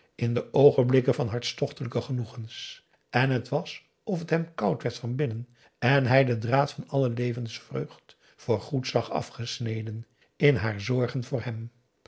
in de oogenblikken van hartstochtelijke genoegens en t was of t hem koud werd van binnen en hij den draad van alle levensvreugd voor goed zag afgesneden in haar zorgen voor hem